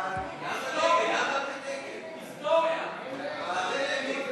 ההסתייגות של חבר